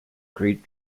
great